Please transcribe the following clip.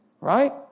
Right